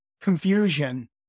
confusion